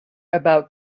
about